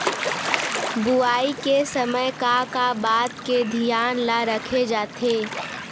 बुआई के समय का का बात के धियान ल रखे जाथे?